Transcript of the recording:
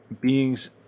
beings